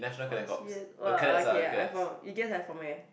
!wah! serious !wah! okay I from you guess I from where